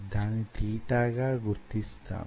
దాన్ని తీటా గా గుర్తిస్తాము